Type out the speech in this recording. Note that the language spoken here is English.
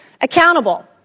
accountable